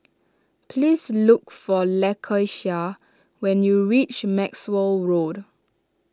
please look for Lakeisha when you reach Maxwell Road